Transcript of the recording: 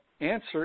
answer